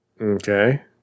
Okay